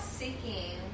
seeking